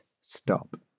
stop